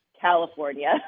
California